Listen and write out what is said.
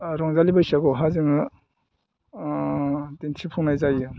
रंजालि बैसागुआवहाय जोङो दिन्थिफुंनाय जायो